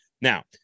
Now